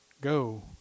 Go